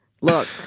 Look